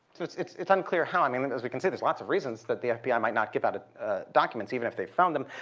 it's it's unclear how. i mean, as we can see, there's lots of reasons that the fbi might not give out ah documents even if they found them,